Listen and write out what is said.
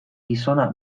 gizona